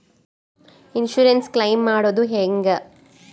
Insurance claim ಮಾಡೋದು ಹೆಂಗ?